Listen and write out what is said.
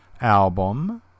album